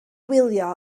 wylio